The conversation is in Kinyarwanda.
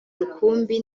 rukumbi